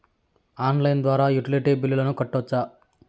Online ద్వారా utility బిల్లులను కట్టొచ్చా?